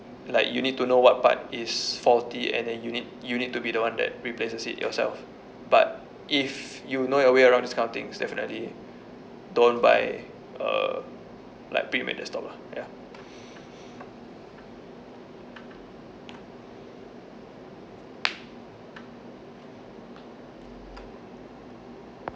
like you need to know what part is faulty and then you need you need to be the one that replaces it yourself but if you know your way around this kind of things definitely don't buy uh like premounted stock lah ya